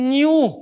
new